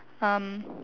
um